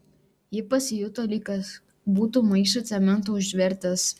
ji pasijuto lyg kas būtų maišą cemento užvertęs